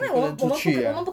每个人出去啊